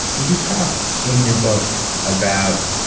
you talk in your book about,